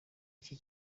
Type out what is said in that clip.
iki